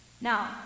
Now